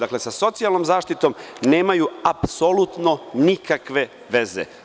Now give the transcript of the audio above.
Dakle, sa socijalnom zaštitom nemaju apsolutno nikakve veze.